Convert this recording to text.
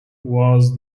was